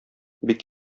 бик